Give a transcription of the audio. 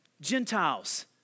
Gentiles